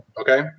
Okay